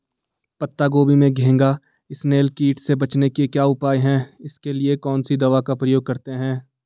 पत्ता गोभी में घैंघा इसनैल कीट से बचने के क्या उपाय हैं इसके लिए कौन सी दवा का प्रयोग करते हैं?